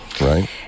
Right